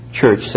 church